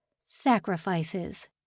Sacrifices